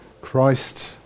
christ